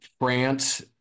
France